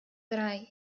drei